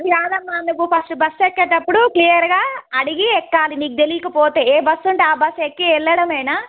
కాదమ్మా నువ్వు first bus ఎక్కేటప్పుడు క్లియర్గా అడిగి ఎక్కాలి నీకు తెెలియకపోతే ఏ బస్సు ఉంటే ఆ బస్సు ఎక్కి వెళ్లడమేనా